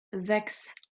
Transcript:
sechs